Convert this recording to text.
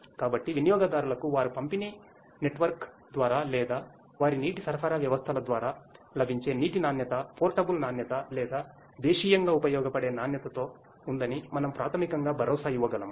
కాబట్టి వినియోగదారులకు వారి పంపిణీ నెట్వర్క్ ద్వారా లేదా వారి నీటి సరఫరా వ్యవస్థల ద్వారా లభించే నీటి నాణ్యత పోర్టబుల్ నాణ్యత లేదా దేశీయంగా ఉపయోగపడే నాణ్యతతో ఉందని మనము ప్రాథమికంగా భరోసా ఇవ్వగలము